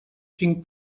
cinc